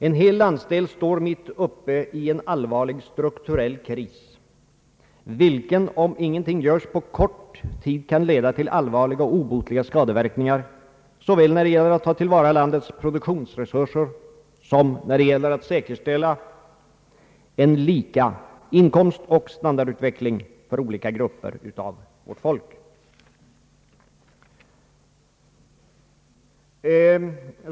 En hel landsdel står mitt uppe i en allvarlig strukturell kris, vilken — om ingenting görs — på kort tid kan leda till allvarliga och obotliga skadeverkningar såväl när det gäller att ta till vara landets produktionsresurser som när det gäller att säkerställa en lika inkomstoch standardutveckling för olika grupper av vårt folk.